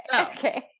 Okay